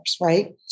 Right